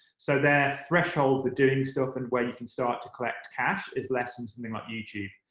so their threshold for doing stuff and where you can start to collect cash is less than something like youtube.